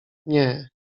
nie